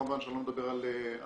כמובן שאני לא מדבר על אלכוהול,